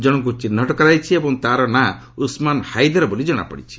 ଜଣଙ୍କୁ ଚିହ୍ନଟ କରାଯାଇଛି ଏବଂ ତାର ନାଁ ଉସ୍ମାନ୍ ହାଇଦର ବୋଲି ଜଣାପଡ଼ିଛି